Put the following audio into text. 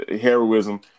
heroism